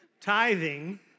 tithing